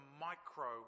micro